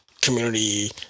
community